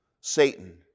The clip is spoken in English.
Satan